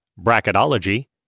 bracketology